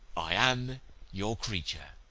i am your creature.